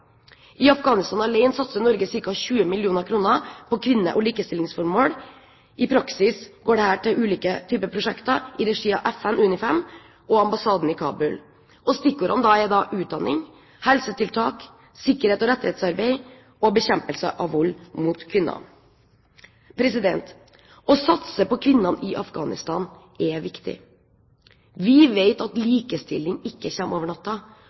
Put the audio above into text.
I Afghanistan alene satser Norge ca. 20 mill. kr på kvinner og likestillingsformål. I praksis går dette til ulike typer prosjekter i regi av FN, UNIFEM, og ambassaden i Kabul. Stikkordene er utdanning, helsetiltak, sikkerhets- og rettighetsarbeid og bekjempelse av vold mot kvinner. Å satse på kvinnene i Afghanistan er viktig. Vi vet at likestilling ikke